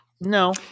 No